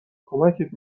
کمکت